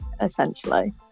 essentially